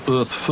Earth